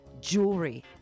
jewelry